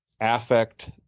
affect